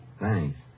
Thanks